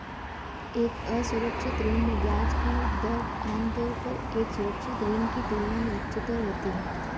एक असुरक्षित ऋण में ब्याज की दर आमतौर पर एक सुरक्षित ऋण की तुलना में उच्चतर होती है?